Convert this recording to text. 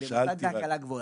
למוסד להשכלה גבוהה.